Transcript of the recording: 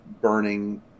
burning